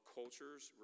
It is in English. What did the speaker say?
culture's